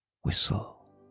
whistle